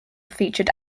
featured